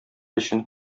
өчен